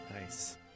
Nice